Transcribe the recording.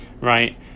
right